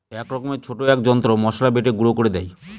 এক রকমের ছোট এক যন্ত্র মসলা বেটে গুঁড়ো করে দেয়